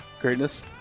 Greatness